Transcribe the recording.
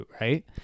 right